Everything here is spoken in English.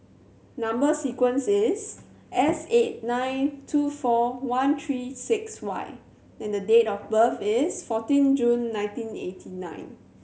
number sequence is S eight nine two four one three six Y and date of birth is fourteen June nineteen eighty nine